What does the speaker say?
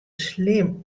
slim